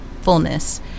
fullness